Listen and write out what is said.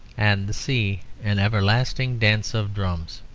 and the sea an everlasting dance of drums.